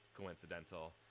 coincidental